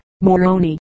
Moroni